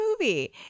movie